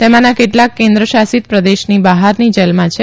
તેમાના કેટલાક કેન્દ્ર શાસિત પ્રદેશની બહારની જેલમાં છે